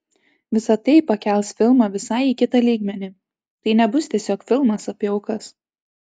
visa tai pakels filmą visai į kitą lygmenį tai nebus tiesiog filmas apie aukas